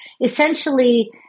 essentially